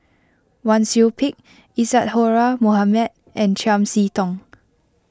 Wang Sui Pick Isadhora Mohamed and Chiam See Tong